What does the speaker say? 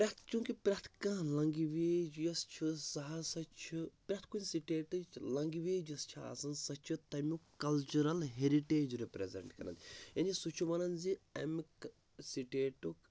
پرٮ۪تھ چونکہِ پرٮ۪تھ کانٛہہ لنٛگویج یۄس چھِ سُہ ہَسا چھِ پرٛٮ۪تھ کُنہِ سِٹیٚٹٕچ لنٛگویج یۄس چھِ آسان سَہ چھِ تمیُک کَلچٕرَل ہیٚرِٹیج رِپرٮ۪زنٹ کَران یعنی سُہ چھُ وَنان زِ اَمیُک سٹیٚٹُک